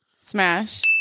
Smash